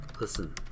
Listen